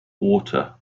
water